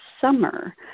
summer